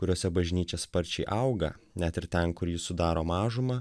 kuriose bažnyčia sparčiai auga net ir ten kur ji sudaro mažumą